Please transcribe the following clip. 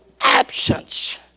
absence